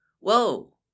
Whoa